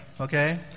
okay